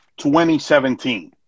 2017